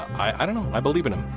i don't know, i believe in him